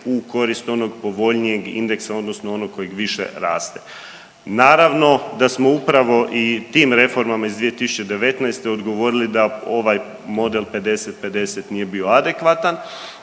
u korist onog povoljnijeg indeksa odnosno onog koji više raste. Naravno da smo upravo i tim reformama iz 2019. odgovorili da ovaj model 50:50 nije bio adekvatan.